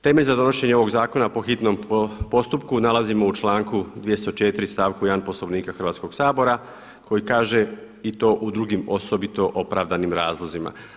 Temelj za donošenje ovog zakona po hitnom postupku nalazimo u članku 204. stavku 1. Poslovnika Hrvatskoga sabora koji kaže i to u drugim osobito opravdanim razlozima.